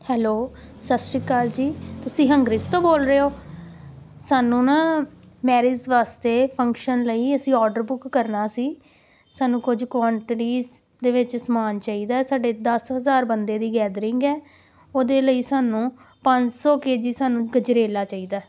hello ਸਤਿ ਸ਼੍ਰੀ ਅਕਾਲ ਜੀ ਤੁਸੀਂ ਹੰਗਰੀਜ਼ ਤੋਂ ਬੋਲ ਰਹੇ ਹੋ ਸਾਨੂੰ ਨਾ ਮੈਰਿਜ ਵਾਸਤੇ ਫੰਕਸ਼ਨ ਲਈ ਅਸੀਂ ਔਡਰ ਬੁੱਕ ਕਰਨਾ ਸੀ ਸਾਨੂੰ ਕੁਝ ਕਵਾਂਟਟੀਸ ਦੇ ਵਿੱਚ ਸਮਾਨ ਚਾਹੀਦਾ ਸਾਡੇ ਦਸ ਹਜ਼ਾਰ ਬੰਦੇ ਦੀ ਗੈਦਰਿੰਗ ਹੈ ਉਹਦੇ ਲਈ ਸਾਨੂੰ ਪੰਜ ਸੌ ਕੇ ਜੀ ਸਾਨੂੰ ਗਜਰੇਲਾ ਚਾਹੀਦਾ